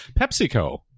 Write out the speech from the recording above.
PepsiCo